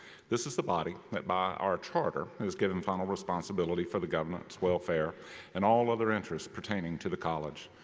this is the body that by our charter and is given final responsibility for the government's welfare and all other interests pertaining to the college.